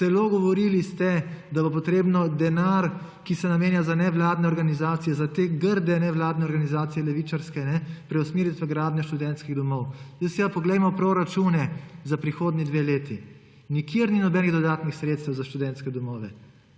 celo govorili ste, da bo potrebno denar, ki se namenja za nevladne organizacije, za te grde nevladne organizacije levičarske, preusmeriti v gradnjo študentskih domov. Zdaj si pa poglejmo proračune za prihodnji dve leti. Nikjer ni nobenih dodatnih sredstev za študentske domove